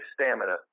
stamina